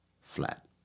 flat